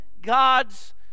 God's